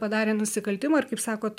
padarė nusikaltimą ir kaip sakot